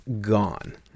gone